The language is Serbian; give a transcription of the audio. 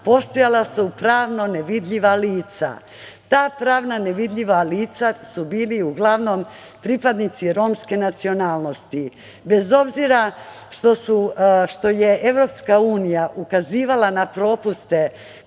postojala su pravno nevidljiva lica. Ta pravna nevidljiva lica su bili uglavnom pripadnici romske nacionalnosti. Bez obzira što je EU ukazivala na propuste